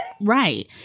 right